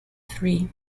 free